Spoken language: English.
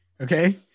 okay